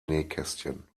nähkästchen